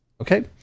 Okay